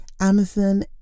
Amazon